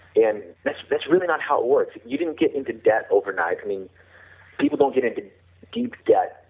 and that's really not how it works, you didn't get into debt overnight, i mean people don't get into deep debt,